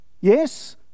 yes